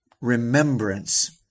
Remembrance